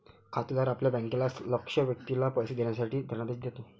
खातेदार आपल्या बँकेला लक्ष्य व्यक्तीला पैसे देण्यासाठी धनादेश देतो